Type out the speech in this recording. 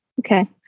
okay